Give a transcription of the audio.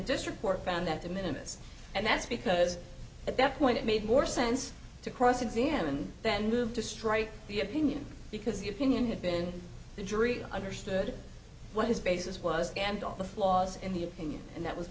district court found that the minutes and that's because at that point it made more sense to cross examine and then move to strike the opinion because the opinion had been the jury understood what is basis was and all the flaws in the opinion and that was